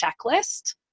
checklist